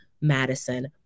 Madison